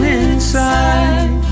inside